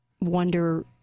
wonder